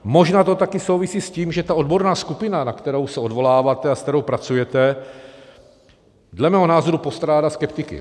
Možná to taky souvisí s tím, že ta odborná skupina, na kterou se odvoláváte a se kterou pracujete, dle mého názoru postrádá skeptiky.